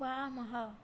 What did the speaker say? वामः